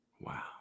Wow